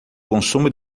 consumo